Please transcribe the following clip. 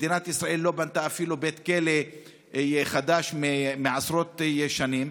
ומדינת ישראל אפילו לא בנתה בית כלא חדש מזה עשרות שנים.